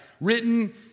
written